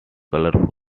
colorful